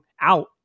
out